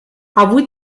avui